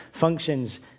functions